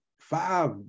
five